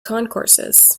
concourses